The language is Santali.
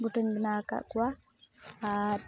ᱜᱚᱴᱟᱧ ᱵᱮᱱᱟᱣ ᱟᱠᱟᱫ ᱠᱚᱣᱟ ᱟᱨ